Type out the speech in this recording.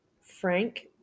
frank